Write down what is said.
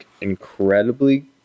incredibly